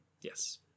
Yes